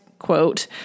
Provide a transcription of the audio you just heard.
Quote